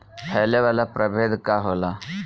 फैले वाला प्रभेद का होला?